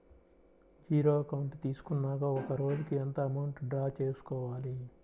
Zero account తీసుకున్నాక ఒక రోజుకి ఎంత అమౌంట్ డ్రా చేసుకోవాలి?